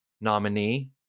nominee